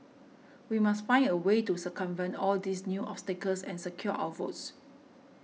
we must find a way to circumvent all these new obstacles and secure our votes